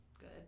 good